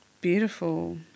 Beautiful